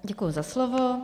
Děkuji za slovo.